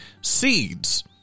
seeds